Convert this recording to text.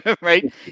Right